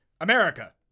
America